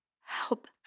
Help